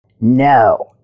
No